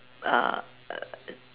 err